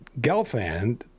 Gelfand